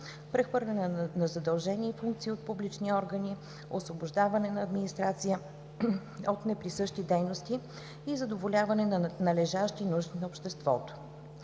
прехвърляне на задължения и функции от публични органи, освобождаване на администрация от неприсъщи дейности и задоволяване на належащи нужди на обществото.